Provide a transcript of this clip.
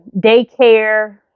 daycare